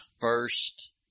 first